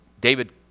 David